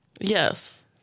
Yes